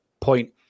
point